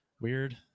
Weird